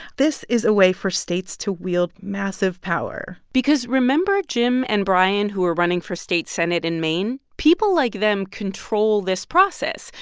this is a way for states to wield massive power because remember jim and brian who were running for state senate in maine people like them control this process.